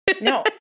No